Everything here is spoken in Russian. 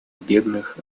бедных